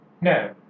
No